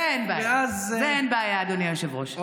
עם זה אין בעיה, אדוני היושב-ראש.